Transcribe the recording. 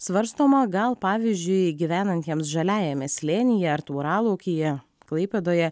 svarstoma gal pavyzdžiui gyvenantiems žaliajame slėnyje ar tauralaukyje klaipėdoje